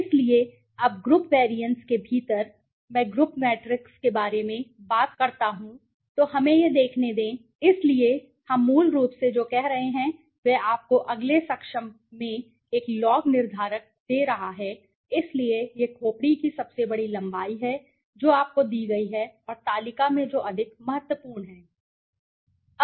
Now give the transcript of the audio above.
इसलिए अब group covariance के भीतर जब मैं कोवैरिअंस मैट्रिसस के बारे में बात करता हूं तो हमें यह देखने दें इसलिए हम मूल रूप से जो कर रहे हैं वह आपको अगले सक्षम में एक लॉग निर्धारक दे रहा है इसलिए यह खोपड़ी की सबसे बड़ी लंबाई है जो आपको दी गई है और तालिका में जो अधिक महत्वपूर्ण है